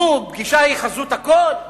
נו, פגישה היא חזות הכול?